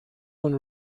und